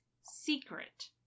secret